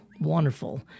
wonderful